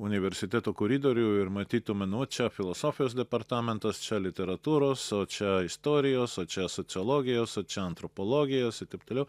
universiteto koridorių ir matytume nuo čia filosofijos departamentas čia literatūros o čia istorijos o čia sociologijos o čia antropologijos ir taip toliau